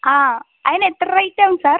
ആ അതിന് എത്ര റേറ്റ് ആവും സർ